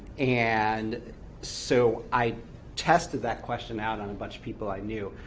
and so i tested that question out on a bunch of people i knew,